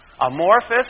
Amorphous